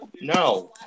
No